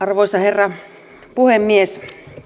arvoisa herra puhemies